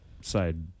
side